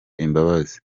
imbabazi